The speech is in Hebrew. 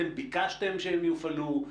אתם ביקשתם שהם יופעלו?